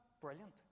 brilliant